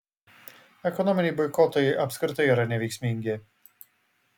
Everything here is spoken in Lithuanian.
ekonominiai boikotai apskritai yra neveiksmingi